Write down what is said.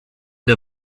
der